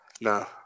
No